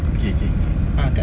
K K K